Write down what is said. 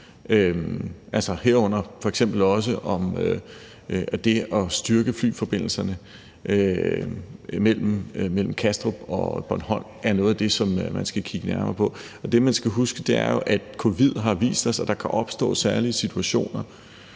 herunder f.eks. også det at styrke flyforbindelserne mellem Kastrup og Bornholm, og det er jo noget af det, man skal kigge nærmere på. Det, man skal huske, er, at covid har vist os, at der kan opstå særlige situationer,